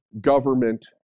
government